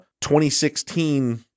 2016